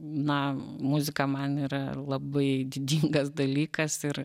na muzika man yra labai didingas dalykas ir